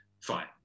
Fine